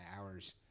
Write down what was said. hours